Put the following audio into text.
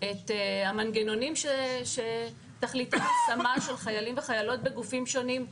את המנגנונים שתכליתם השמה של חיילים וחיילות בגופים שונים,